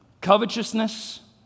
covetousness